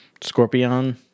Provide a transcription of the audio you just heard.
Scorpion